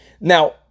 Now